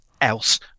else